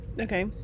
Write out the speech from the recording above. okay